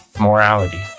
morality